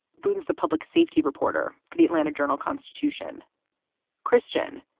but does the public safety reporter for the atlanta journal constitution christian?